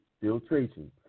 filtration